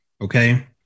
okay